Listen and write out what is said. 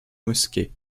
mosquées